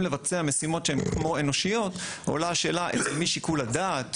לבצע משימות שהן כמו אנושיות עולה השאלה אצל מי שיקול הדעת,